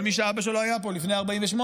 כל מי שאבא שלו היה פה לפני 1948,